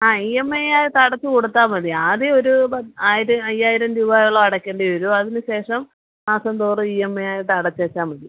ആ E M ഐയായിട്ട് അടച്ചു കൊടുത്താൽ മതി ആദ്യം ഒരൂ ആയിരം അയ്യായിരം രൂപായോളം അടക്കേണ്ടി വരും അതിന് ശേഷം മാസം തോറും ഇ എം ഐ ആയിട്ട് അടച്ചാൽ മതി